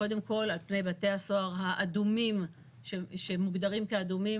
קודם כל על פני בתי הסוהר שמוגדרים כאדומים,